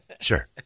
Sure